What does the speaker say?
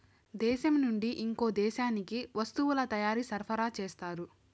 దేశం నుండి ఇంకో దేశానికి వస్తువుల తయారీ సరఫరా చేస్తారు